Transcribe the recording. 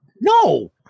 No